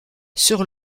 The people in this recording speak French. sur